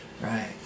Right